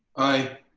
aye,